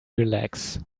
relax